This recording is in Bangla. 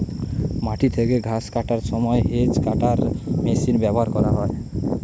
মাটি থেকে ঘাস কাটার সময় হেজ্ কাটার মেশিন ব্যবহার করা হয়